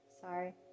Sorry